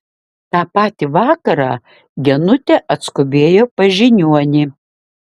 tą patį vakarą genutė atskubėjo pas žiniuonį